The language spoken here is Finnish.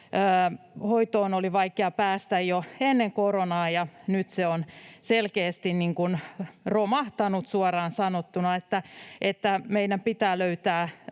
Hoitoon oli vaikea päästä jo ennen koronaa, ja nyt se on selkeästi suoraan sanottuna romahtanut. Meidän pitää löytää